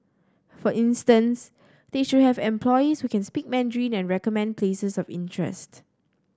for instance they should have employees who can speak Mandarin and recommend places of interest